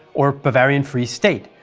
or bavarian free state,